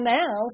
now